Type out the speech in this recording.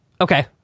Okay